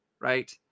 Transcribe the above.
Right